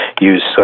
use